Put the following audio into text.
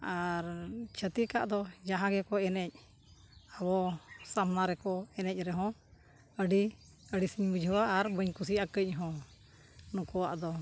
ᱟᱨ ᱪᱷᱟᱹᱛᱤᱠᱟᱜ ᱫᱚ ᱡᱟᱦᱟᱸ ᱜᱮᱠᱚ ᱮᱱᱮᱡ ᱟᱵᱚ ᱥᱟᱢᱱᱟ ᱨᱮᱠᱚ ᱮᱱᱮᱡ ᱨᱮᱦᱚᱸ ᱟᱹᱰᱤ ᱟᱹᱲᱤᱥᱤᱧ ᱵᱩᱡᱷᱟᱹᱣᱟ ᱟᱨ ᱵᱟᱹᱧ ᱠᱩᱥᱤᱭᱟᱜᱼᱟ ᱠᱟᱹᱡ ᱦᱚᱸ ᱱᱩᱠᱩᱣᱟᱜ ᱫᱚ